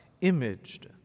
imaged